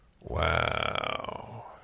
Wow